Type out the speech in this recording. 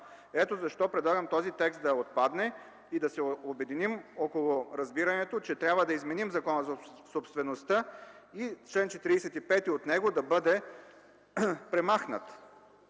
Затова предлагам този текст да отпадне и да се обединим около разбирането, че трябва да изменим Закона за собствеността и чл. 45 от него да бъде премахнат,